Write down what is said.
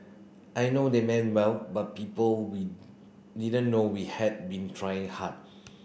I know they meant well but people we didn't know we had been trying hard